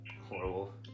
horrible